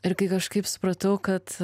ir kai kažkaip supratau kad